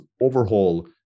overhaul